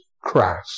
Christ